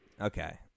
Okay